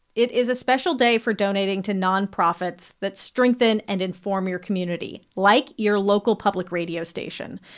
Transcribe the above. it is a special day for donating to nonprofits that strengthen and inform your community, like your local public radio station.